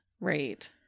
Right